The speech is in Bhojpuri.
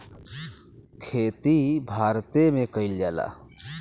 खेती भारते मे कइल जाला